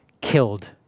killed